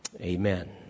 Amen